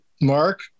Mark